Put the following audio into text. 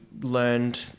learned